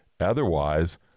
Otherwise